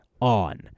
On